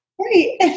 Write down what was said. Right